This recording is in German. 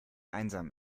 einsam